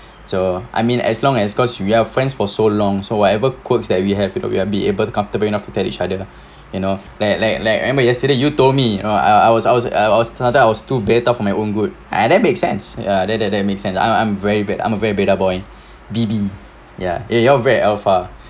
so I mean as long as cause we are friends for so long so whatever quirks that we have you know we'll be able to comfortably enough to tell each other lah you know like like like remember yesterday you told me you know I I was I was sometimes I was too beta for my own good and that make sense ya that that that makes sense I'm I'm very bad I'm a very beta boy B_D ya eh you're very alpha